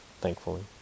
thankfully